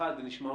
אותך,